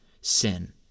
sin